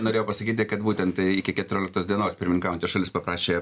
norėjau pasakyti kad būtent iki keturioliktos dienos pirmininkaujanti šalis paprašė